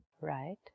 Right